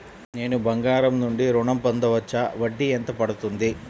నేను బంగారం నుండి ఋణం పొందవచ్చా? వడ్డీ ఎంత పడుతుంది?